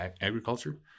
Agriculture